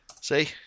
See